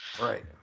right